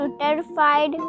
terrified